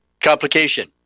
complication